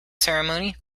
ceremony